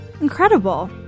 Incredible